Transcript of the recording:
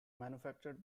manufactured